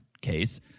case